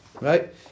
right